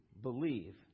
believe